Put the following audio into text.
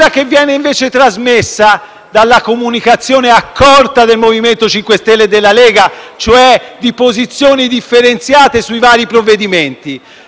che viene trasmessa dalla comunicazione accorta del MoVimento 5 Stelle e della Lega, cioè di posizioni differenziate sui vari provvedimenti.